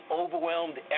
overwhelmed